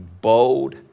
bold